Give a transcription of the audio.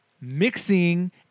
mixing